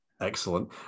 Excellent